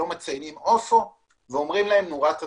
לא מציינים פרטים ומדליקים נורת אזהרה.